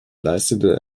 leistete